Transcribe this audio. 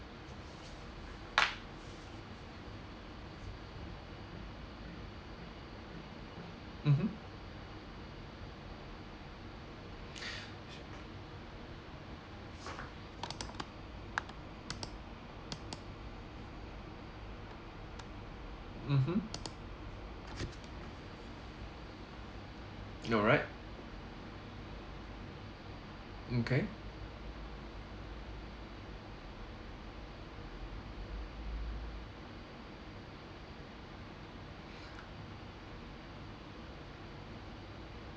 mmhmm mmhmm alright okay